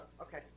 okay